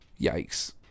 Yikes